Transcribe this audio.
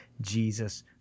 Jesus